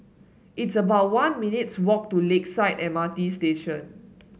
it's about one minutes' walk to Lakeside M R T Station